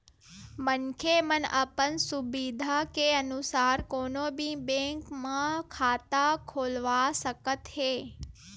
मनखे मन अपन सुबिधा के अनुसार कोनो भी बेंक म खाता खोलवा सकत हे